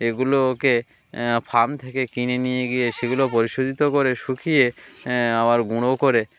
এগুলোকে ফার্ম থেকে কিনে নিয়ে গিয়ে সেগুলো পরিশোধিত করে শুকিয়ে আবার গুঁড়ো করে